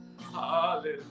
hallelujah